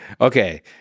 Okay